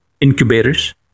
incubators